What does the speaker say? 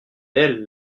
elle